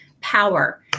Power